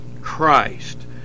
Christ